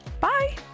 Bye